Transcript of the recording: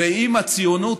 ואם הציונות